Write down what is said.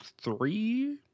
three